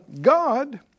God